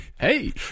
Hey